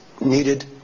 needed